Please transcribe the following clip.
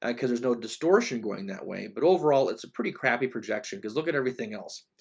and because there's no distortion going that way. but overall, it's a pretty crappy projection, because look at everything else.